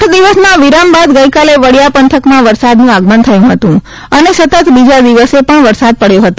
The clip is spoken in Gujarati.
આઠ દિવસના વિરામ બાદ ગઇકાલે વડીયા પંથકમાં વરસાદનું આગમન થયુ હતું અને સતત બીજા દિવસે પણ પડયો હતો